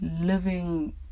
living